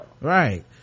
Right